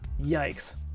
yikes